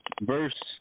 verse